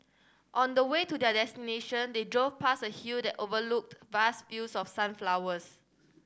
on the way to their destination they drove past a hill that overlooked vast fields of sunflowers